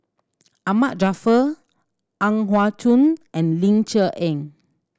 Ahmad Jaafar Ang Yau Choon and Ling Cher Eng